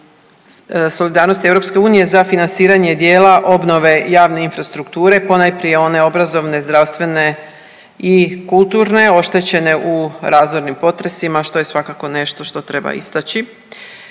solidarnosti EU za financiranje dijela obnove javne infrastrukture ponajprije one obrazovne, zdravstvene i kulturne oštećene u razornim potresima što je svakako nešto što treba istaći.